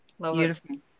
Beautiful